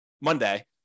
monday